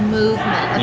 movement